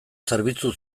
zerbitzu